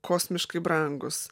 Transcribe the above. kosmiškai brangus